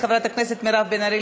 חברת הכנסת מירב בן ארי,